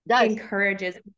encourages